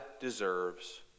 deserves